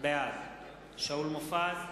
בעד שאול מופז,